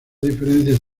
diferencias